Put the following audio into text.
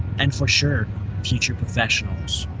and for sure future professionals.